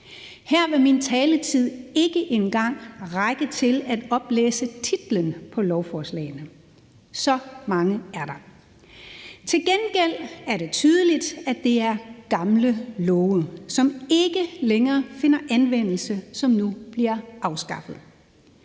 Her vil min taletid ikke engang række til at oplæse titlerne på lovene; så mange er der. Til gengæld er det tydeligt, at det er gamle love, som ikke længere finder anvendelse, der nu bliver afskaffet.